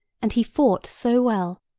and he fought so well,